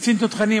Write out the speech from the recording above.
כקצין תותחנים,